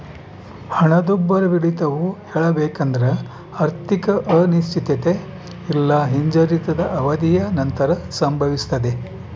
ಹಣದುಬ್ಬರವಿಳಿತವು ಹೇಳಬೇಕೆಂದ್ರ ಆರ್ಥಿಕ ಅನಿಶ್ಚಿತತೆ ಇಲ್ಲಾ ಹಿಂಜರಿತದ ಅವಧಿಯ ನಂತರ ಸಂಭವಿಸ್ತದೆ